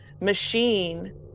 machine